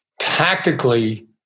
Tactically